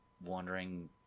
wondering